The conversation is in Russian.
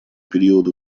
период